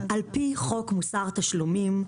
על פי חוק מוסר תשלומים,